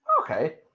Okay